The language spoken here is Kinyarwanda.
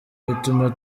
bituma